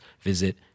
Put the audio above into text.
visit